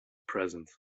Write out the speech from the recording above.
present